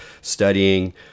studying